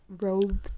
robe